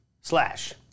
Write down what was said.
slash